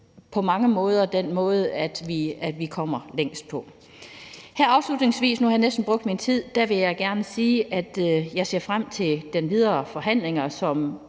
på mange måder er den måde, vi kommer længst på. Her afslutningsvis – nu har jeg næsten brugt min tid – vil jeg gerne sige, at jeg ser frem til de videre forhandlinger,